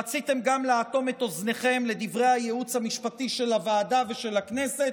רציתם גם לאטום את אוזניכם לדברי הייעוץ המשפטי של הוועדה ושל הכנסת,